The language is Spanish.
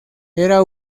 era